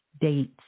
dates